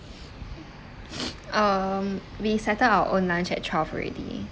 um we settled our own lunch at twelve already